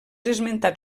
esmentat